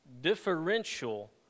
differential